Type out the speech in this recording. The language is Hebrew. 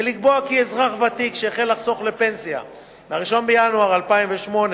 ולקבוע כי אזרח ותיק שהחל לחסוך לפנסיה מ-1 בינואר 2008,